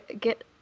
get